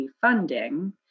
funding